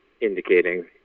indicating